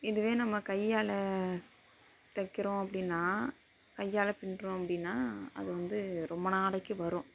இதுவே நம்ம கையால் ஸ் தைக்கிறோம் அப்படின்னா கையால் பின்னுறோம் அப்படின்னா அது வந்து ரொம்ப நாளைக்கு வரும்